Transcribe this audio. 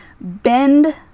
bend